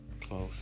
close